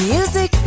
Music